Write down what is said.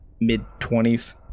mid-twenties